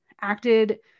acted